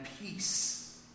peace